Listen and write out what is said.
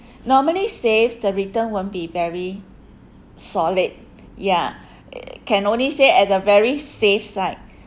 normally safe the return won't be very solid ya err can only say at the very safe side